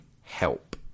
help